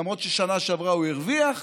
למרות שבשנה שעברה הוא הרוויח,